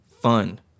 fun